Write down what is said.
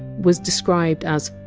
was described as!